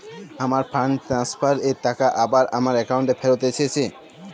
আমার fund transfer এর টাকা আবার আমার একাউন্টে ফেরত এসেছে